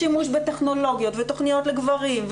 שימוש בטכנולוגיות ותכניות לגברים,